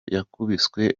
yakubiswe